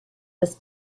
was